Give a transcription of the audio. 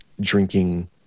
drinking